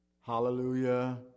Hallelujah